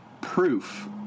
proof